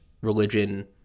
religion